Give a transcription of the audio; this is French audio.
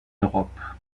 europe